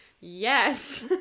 Yes